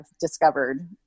discovered